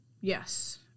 Yes